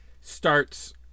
starts